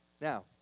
Now